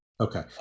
Okay